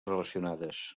relacionades